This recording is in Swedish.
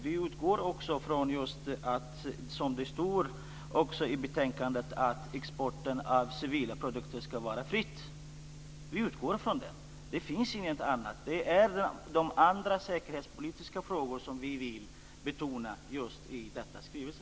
Vi utgår också från - som det står i betänkandet - att exporten av civila produkter ska vara fri. Det finns inget annat. Vi vill betona andra säkerhetspolitiska frågor i denna skrivelse.